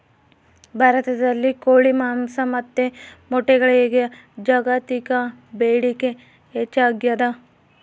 ಭಾರತದಲ್ಲಿ ಕೋಳಿ ಮಾಂಸ ಮತ್ತು ಮೊಟ್ಟೆಗಳಿಗೆ ಜಾಗತಿಕ ಬೇಡಿಕೆ ಹೆಚ್ಚಾಗ್ಯಾದ